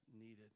needed